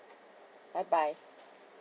bye bye